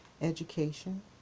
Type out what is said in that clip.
education